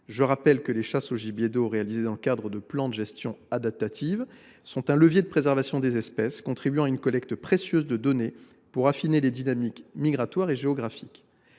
ces espèces. Les chasses au gibier d’eau réalisées dans le cadre de plans de gestion adaptative sont un levier de préservation des espèces, contribuant à une collecte précieuse de données pour affiner notre connaissance des dynamiques